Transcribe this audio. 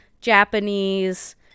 Japanese